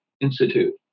Institute